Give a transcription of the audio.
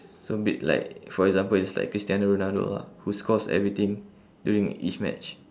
so be like for example is like christiano ronaldo lah who scores everything during each match